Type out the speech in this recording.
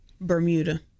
Bermuda